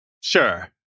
Sure